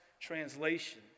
translation